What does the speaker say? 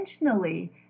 intentionally